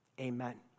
Amen